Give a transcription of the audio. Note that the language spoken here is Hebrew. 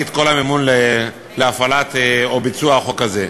את כל המימון להפעלה וביצוע של החוק הזה.